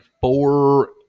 four